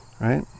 Right